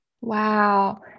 Wow